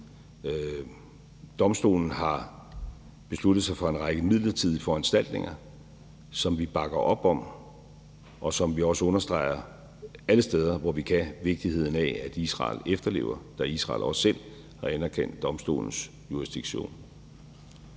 Domstolen har besluttet sig for en række midlertidige foranstaltninger, som vi bakker op om, og som vi også alle steder, hvor vi kan, understreger vigtigheden af at Israel efterlever, da Israel også selv har anerkendt domstolens jurisdiktion.